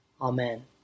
Amen